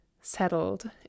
settled